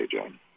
John